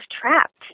trapped